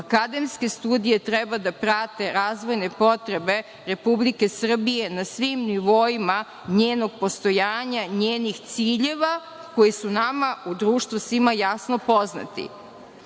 akademske studije treba da prate razvojne potrebe Republike Srbije na svim nivoima njenog postojanja, njenih ciljeva, koji su nama u društvu svima jasno poznati. Ono